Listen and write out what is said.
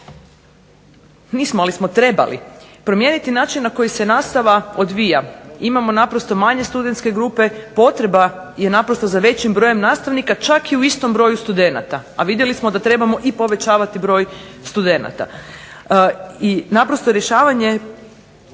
nismo, ali smo trebali, promijeniti način na koji se nastava odvija. Imamo naprosto manje studentske grupe, potreba je za većim brojem nastavnika, čak i u istom broju studenata, a vidjeli smo da trebamo povećati i broj studenata. Naprosto rješavanje